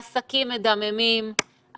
העסקים מדממים,